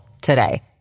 today